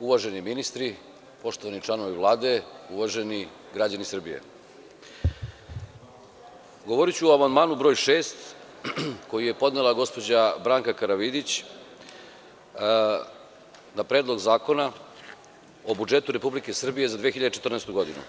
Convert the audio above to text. uvaženi ministri, poštovani članovi Vlade, uvaženi građani Srbije, govoriću o amandmanu broj šest koji je podnela gospođa Branka Karavidić na Predlog zakona o rebalansu budžeta Republike Srbije za 2014. godinu.